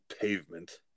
pavement